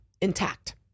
intact